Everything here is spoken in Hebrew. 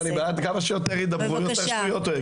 בבקשה.